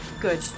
Good